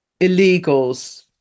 illegals